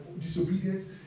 disobedience